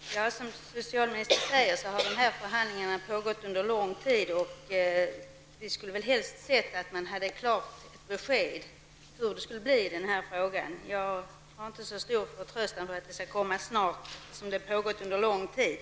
Herr talman! Som socialministern säger har förhandlingarna pågått under lång tid. Vi skulle helst ha sett att vi kunnat få ett klart besked i denna fråga. Jag har inte så stor förtröstan på att det skall komma snart, eftersom frågans behandling har dragit ut under lång tid.